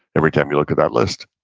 every time you look at that list.